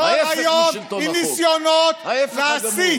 כל היום עם ניסיונות להסית,